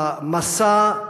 במסע,